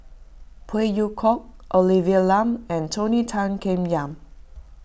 Phey Yew Kok Olivia Lum and Tony Tan Keng Yam